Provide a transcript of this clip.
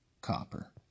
copper